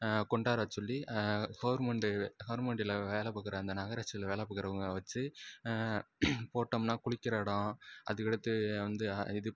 கொண்டார சொல்லி கவர்மெண்ட்டு கவர்மெண்ட்டில் வேலை பார்க்குற அந்த நகராட்சியில் வேலை பார்க்குறவுங்கள வச்சு போட்டோம்னால் குளிக்கிற எடம் அதுக்கடுத்து வந்து இது